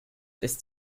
ist